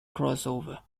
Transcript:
crossover